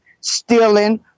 stealing